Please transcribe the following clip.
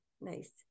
Nice